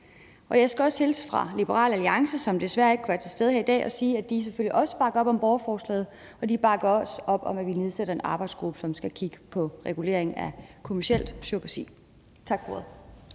jeg skal også hilse fra Liberal Alliance, som desværre ikke kan være til stede her i dag, og sige, at de selvfølgelig også bakker op om borgerforslaget, og de bakker også op om, at vi nedsætter en arbejdsgruppe, som skal kigge på regulering af kommerciel surrogati. Tak for ordet.